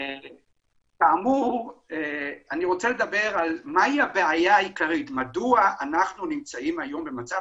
אני רוצה לדבר על הבעיה העיקרית מדוע אנחנו נמצאים היום במצב